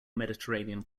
mediterranean